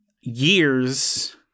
years